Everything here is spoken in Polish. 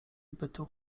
bytu